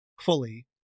fully